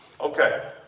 Okay